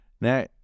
Now